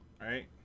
right